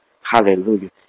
hallelujah